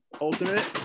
Ultimate